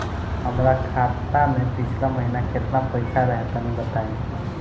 हमरा खाता मे पिछला महीना केतना पईसा रहे तनि बताई?